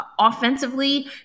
offensively